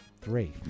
three